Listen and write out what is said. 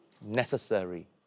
necessary